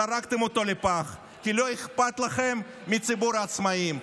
זרקתם אותו לפח, כי לא אכפת לכם מציבור העצמאים.